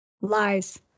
Lies